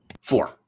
Four